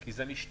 כי זה משתנה.